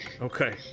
Okay